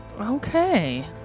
Okay